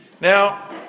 now